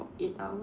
eight hours